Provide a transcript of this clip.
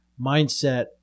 mindset